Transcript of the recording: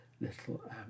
little